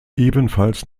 ebenfalls